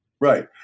Right